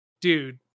dude